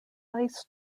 vice